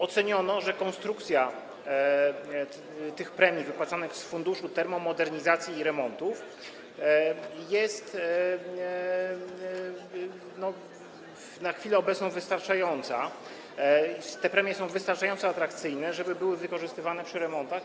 Oceniono, że konstrukcja tych premii wypłacanych z Funduszu Termomodernizacji i Remontów jest na chwilę obecną wystarczająca, te premie są wystarczająco atrakcyjne, żeby były wykorzystywane przy remontach.